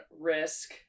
risk